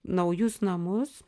naujus namus